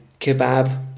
kebab